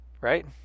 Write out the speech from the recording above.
right